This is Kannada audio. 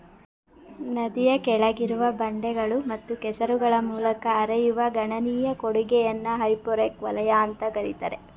ನದಿಯ ಕೆಳಗಿರುವ ಬಂಡೆಗಳು ಮತ್ತು ಕೆಸರುಗಳ ಮೂಲಕ ಹರಿಯುವ ಗಣನೀಯ ಕೊಡುಗೆಯನ್ನ ಹೈಪೋರೆಕ್ ವಲಯ ಅಂತ ಕರೀತಾರೆ